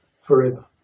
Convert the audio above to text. forever